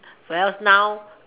whereas now